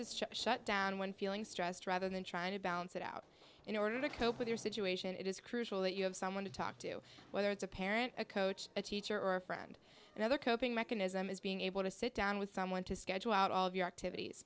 to shut down when feeling stressed rather than trying to balance it out in order to cope with your situation it is crucial that you have someone to talk to whether it's a parent a coach a teacher or a friend another coping mechanism is being able to sit down with someone to schedule at all of your activities